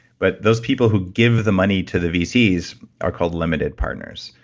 but those people who give the money to the vcs are called limited partners.